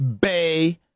Bay